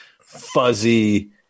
fuzzy